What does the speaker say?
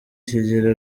kigira